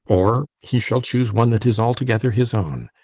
or he shall choose one that is altogether his own.